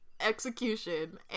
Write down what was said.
execution